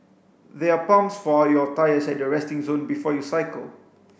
there are pumps for your tyres at the resting zone before you cycle